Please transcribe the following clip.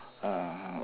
uh